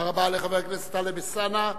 תודה רבה לחבר הכנסת טלב אלסאנע.